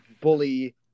bully